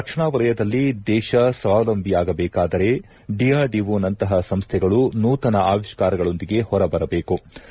ರಕ್ಷಣಾ ವಲಯದಲ್ಲಿ ದೇಶ ಸ್ನಾವಲಂಬಿಯಾಗಬೇಕಾದರೆ ಡಿಆರ್ಡಿಒನಂತಹ ಸಂಸ್ಥೆಗಳು ನೂತನ ಆವಿಷ್ಕಾರಗಳೊಂದಿಗೆ ಹೊರ ಬರಬೇಕೆಂದು ಕರೆ ನೀಡಿದರು